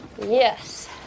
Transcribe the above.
Yes